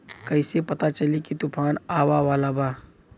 कइसे पता चली की तूफान आवा वाला बा?